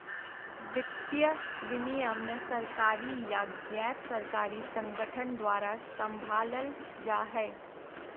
वित्तीय विनियमन सरकारी या गैर सरकारी संगठन द्वारा सम्भालल जा हय